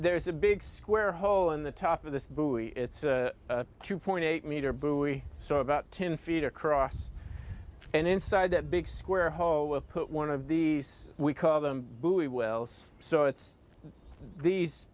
there's a big square hole in the top of this buoy it's two point eight metre buoy so about ten feet across and inside that big square hole we'll put one of these we call them buoy wells so it's these